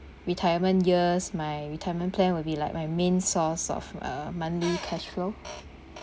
retirement years my retirement plan will be like my main source of uh monthly cash flow